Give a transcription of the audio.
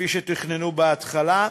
כפי שתכננו בהתחלה.